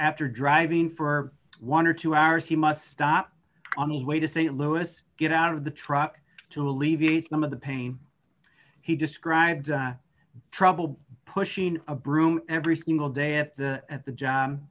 after driving for one or two hours he must stop on the way to st louis get out of the truck to alleviate some of the pain he described trouble pushing a broom every single day at the at the job